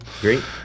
Great